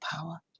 power